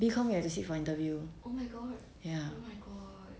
B com you have to sit for interview ya